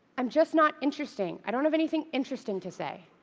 i'm just not interesting. i don't have anything interesting to say.